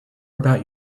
about